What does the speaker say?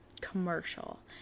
commercial